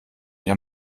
ihr